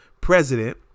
president